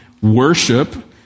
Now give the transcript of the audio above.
Worship